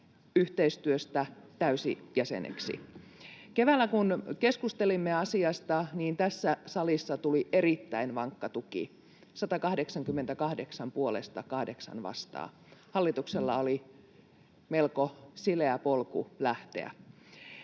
kumppanuusyhteistyöstä täysjäseneksi. Keväällä kun keskustelimme asiasta, niin tässä salissa tuli erittäin vankka tuki: 188 puolesta, 8 vastaan. Hallituksella oli melko sileä polku lähteä.